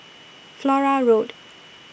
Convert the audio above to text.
Flora Road